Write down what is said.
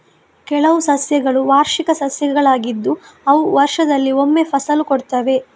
ಕೆಲವು ಸಸ್ಯಗಳು ವಾರ್ಷಿಕ ಸಸ್ಯಗಳಾಗಿದ್ದು ಅವು ವರ್ಷದಲ್ಲಿ ಒಮ್ಮೆ ಫಸಲು ಕೊಡ್ತವೆ